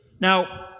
Now